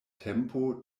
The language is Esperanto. tempo